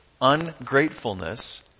ungratefulness